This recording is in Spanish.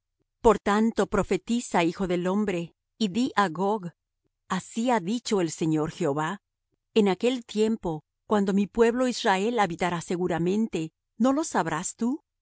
por tanto profetiza hijo del hombre y di á gog así ha dicho el señor jehová en aquel tiempo cuando mi pueblo israel habitará seguramente no lo sabrás tú